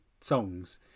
songs